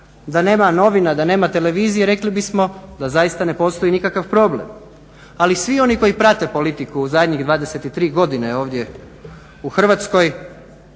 da nema novina, da nema televizije rekli bismo da zaista ne postoji nikakav problem. Ali svi oni koji prate politiku u zadnjih 23 godine ovdje u Hrvatskoj